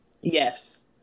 Yes